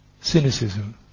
Cynicism